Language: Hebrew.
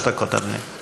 עד שלוש דקות, אדוני.